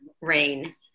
rain